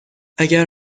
اگر